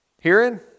hearing